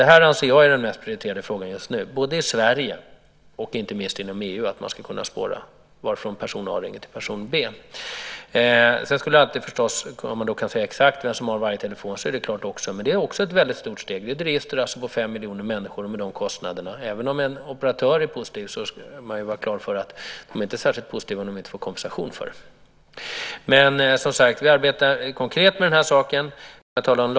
Jag anser att det här att man ska kunna spåra varifrån person A ringer till person B är den mest prioriterade frågan just nu både i Sverige och inte minst inom EU. Man skulle så klart också kunna säga exakt vem som har varje telefon. Men det är också ett stort steg. Det är ett register med fem miljoner människor och kostnader för det. Även om en operatör är positiv ska man vara på det klara med att de inte är särskilt positiva om de inte får kompensation. Men vi arbetar alltså konkret med lagringen av trafikdata.